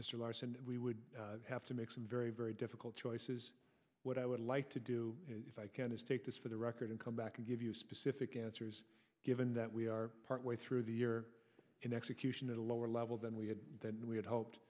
mr larson we would have to make some very very difficult choices what i would like to do is i can take this for the record and come back and give you specific answers given that we are partway through the year in execution at a lower level than we had we had hoped